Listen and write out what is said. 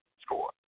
score